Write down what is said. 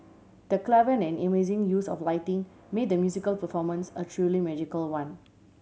the clever and amazing use of lighting made the musical performance a truly magical one